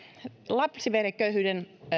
lapsiperheköyhyyden